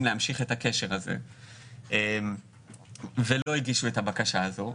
להמשיך את הקשר הזה ולא הגישו את הבקשה הזאת,